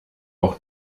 auch